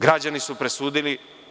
Građani su presudili.